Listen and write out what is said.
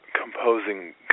composing